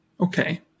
Okay